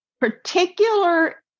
particular